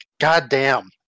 goddamn